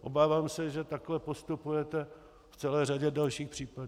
Obávám se, že takhle postupujete v celé řadě dalších případů.